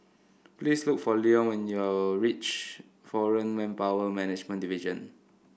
please look for Leone when you reach Foreign Manpower Management Division